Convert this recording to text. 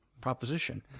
proposition